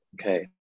Okay